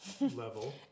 level